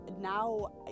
now